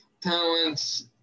talents